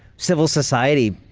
civil society.